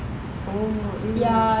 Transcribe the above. oh my god